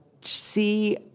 see